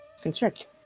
constrict